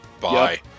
bye